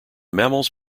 mammals